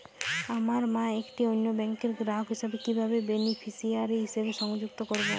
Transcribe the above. আমার মা একটি অন্য ব্যাংকের গ্রাহক হিসেবে কীভাবে বেনিফিসিয়ারি হিসেবে সংযুক্ত করব?